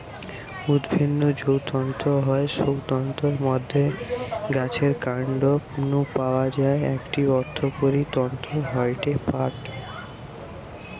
উদ্ভিদ নু যৌ তন্তু হয় সৌ তন্তুর মধ্যে গাছের কান্ড নু পাওয়া একটি অর্থকরী তন্তু হয়ঠে পাট